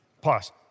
Pause